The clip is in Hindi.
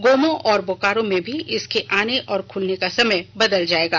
गोमो और बोकारो में भी इसके आने और खुलने का समय बदल जाएगा